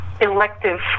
elective